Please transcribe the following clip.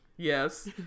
Yes